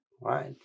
right